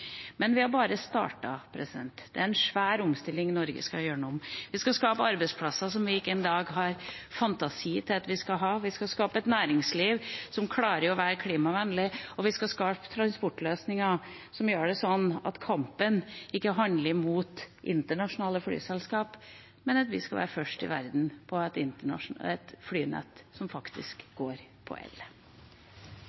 Men vi har bare startet. Det er en svær omstilling Norge skal gjennom. Vi skal skape arbeidsplasser som vi ikke i dag har fantasi til å se at vi skal ha. Vi skal skape et næringsliv som klarer å være klimavennlig, og vi skal skape transportløsninger som gjør at kampen ikke handler om å være imot internasjonale flyselskap, men at vi skal være først i verden med et flynett som faktisk